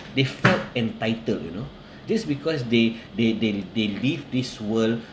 they felt entitled you know this because they they they they live this world